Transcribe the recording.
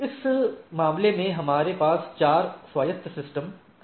इस मामले में हमारे पास 4 स्वायत्त सिस्टम हैं